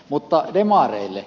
mutta demareille